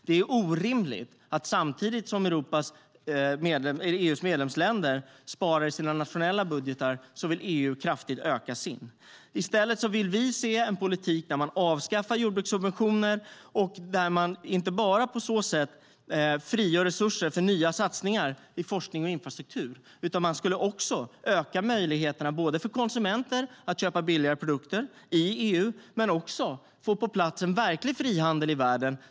Det är orimligt att EU:s budget ska öka samtidigt som många medlemsländer sparar kraftigt i sina nationella budgetar. I stället vill vi se en politik där man avskaffar jordbrukssubventioner och på så sätt inte bara frigör resurser för nya satsningar på forskning och infrastruktur utan också kan öka möjligheterna för konsumenter att köpa billigare produkter i EU och få på plats en verklig frihandel i världen.